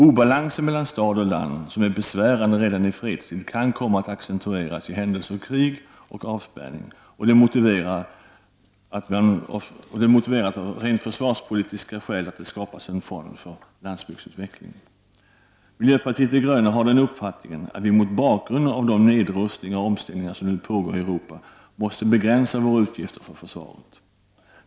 Obalansen mellan stad och land, som är besvärande redan i fredstid, kan komma att accentueras i händelse av krig och avspärrning och motiverar att det av rent försvarspolitiska skäl skapas en fond för landsbygdsutveckling. Miljöpartiet de gröna har den uppfattningen att vi mot bakgrund av de nedrustningar och omställningar som nu pågår i Europa måste begränsa våra utgifter för försvaret.